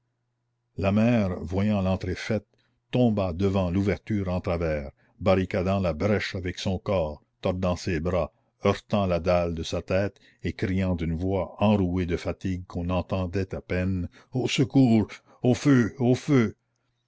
la mère voyant l'entrée faite tomba devant l'ouverture en travers barricadant la brèche avec son corps tordant ses bras heurtant la dalle de sa tête et criant d'une voix enrouée de fatigue qu'on entendait à peine au secours au feu au feu